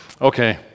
Okay